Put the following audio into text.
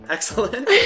Excellent